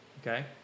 okay